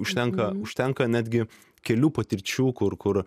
užtenka užtenka netgi kelių patirčių kur kur